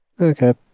Okay